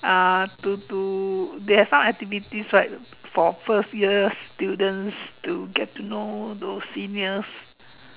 uh to to there are some activities right for first year students to get to know those seniors